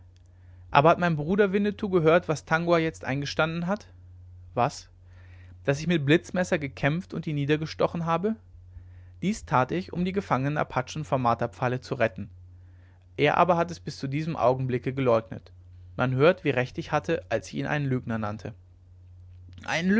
aber hat mein bruder winnetou gehört was tangua jetzt eingestanden hat was daß ich mit blitzmesser gekämpft und ihn niedergestochen habe dies tat ich um die gefangenen apachen vom marterpfahle zu retten er aber hat es bis zu diesem augenblicke geleugnet man hört wie recht ich hatte als ich ihn einen lügner nannte einen